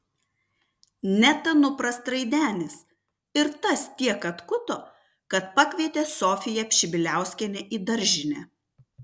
net anupras traidenis ir tas tiek atkuto kad pakvietė sofiją pšibiliauskienę į daržinę